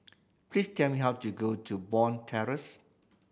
please tell me how to go to Bond Terrace